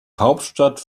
hauptstadt